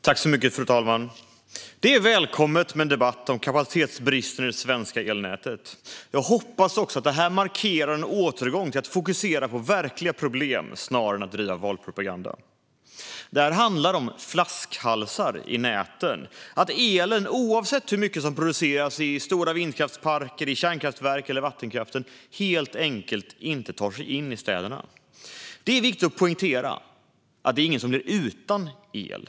Fru talman! Det är välkommet med en debatt om kapacitetsbristen i det svenska elnätet. Jag hoppas att detta markerar en återgång till att fokusera på verkliga problem snarare än att bedriva valpropaganda. Det handlar om flaskhalsar i näten, att elen - oavsett hur mycket som produceras i stora vindkraftsparker, i kärnkraftverk eller av vattenkraften - helt enkelt inte tar sig in i städerna. Det är viktigt att poängtera att det inte är någon som blir utan el.